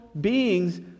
beings